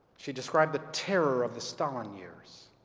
she described the terror of the stalin years,